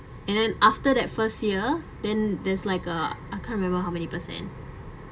and then after that first year then there's like uh I can't remember how many percent